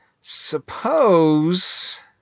suppose